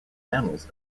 mammals